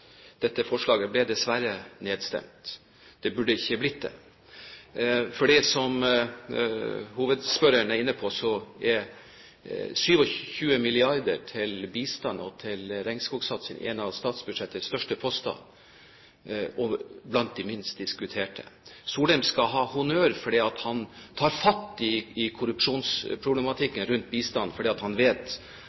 Dette forslaget ble dessverre nedstemt. Det burde ikke blitt det, for som hovedspørreren er inne på, så er 27 mrd. kr til bistand og til regnskogsatsing en av statsbudsjettets største poster – og blant de minst diskuterte. Solheim skal ha honnør for at han tar fatt i korrupsjonsproblematikken rundt bistand, for han vet at